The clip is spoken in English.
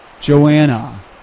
Joanna